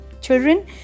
Children